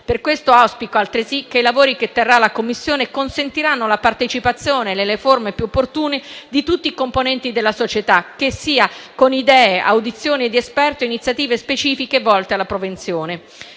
Per questo auspico altresì che i lavori che terrà la Commissione consentano la partecipazione, nelle forme più opportune, di tutte le componenti della società, che sia con idee, audizioni di esperti o iniziative specifiche volte alla prevenzione.